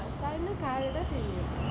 last time காலைலதா தெரியும்:kaalailathaa theriyum